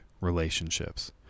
relationships